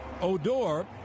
Odor